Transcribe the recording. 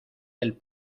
del